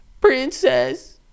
Princess